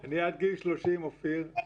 אופיר,